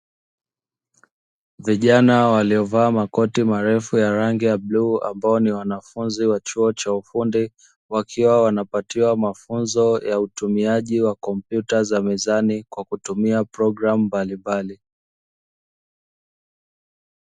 Vijana waliovaa makoti marefu ya rangi ya bluu ambao ni wanafunzi wa chuo cha ufundi, wakiwa wanapatiwa mafunzo ya kompyuta za mezani kwa kutumia programu mbalimbali.